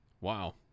wow